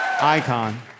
Icon